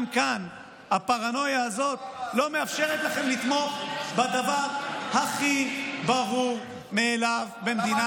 גם כאן הפרנויה הזאת לא מאפשרת לכם לתמוך בדבר הכי ברור מאליו במדינה